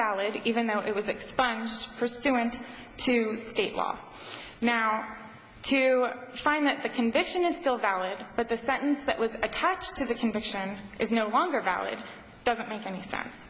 valid even though it was expunged pursuant to state law now to find that the conviction is still valid but the sentence that was attached to the conviction is no longer valid doesn't make any sense